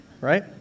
right